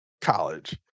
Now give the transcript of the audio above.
College